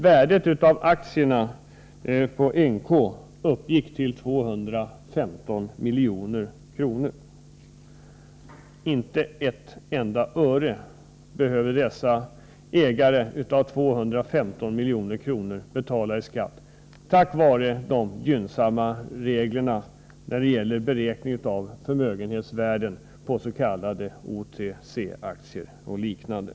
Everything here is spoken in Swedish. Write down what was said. Värdet av aktierna i NK uppgick till 215 milj.kr. Inte ett enda öre behöver ägarna till dessa 215 milj.kr. betala i skatt, tack vare de gynnsamma reglerna när det gäller beräkning av förmögenhetsvärden på OTC-aktier och liknande.